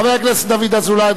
חבר הכנסת דוד אזולאי,